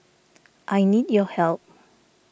I need your help